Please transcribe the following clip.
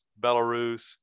Belarus